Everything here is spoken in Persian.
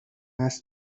است